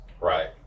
right